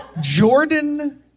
Jordan